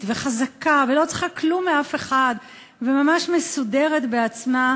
וחזקה ולא צריכה כלום מאף אחד וממש מסודרת בעצמך,